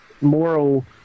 moral